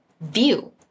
view